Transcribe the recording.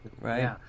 right